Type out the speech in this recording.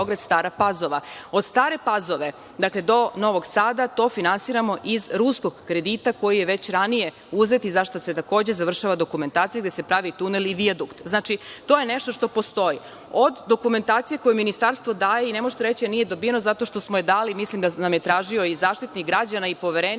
Od Stare Pazove do Novog Sada to finansiramo iz ruskog kredita koji je već ranije uzet i za šta se takođe završava dokumentacija i za šta se pravi tunel i vijadukt. Znači, to je nešto što postoji. Od dokumentacije koju Ministarstvo daje i ne možete reći da nije dobijena, zato što smo je dali, mislim da nam je tražio i Zaštitnik građana i Poverenik